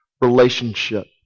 relationship